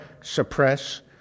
suppress